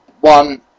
one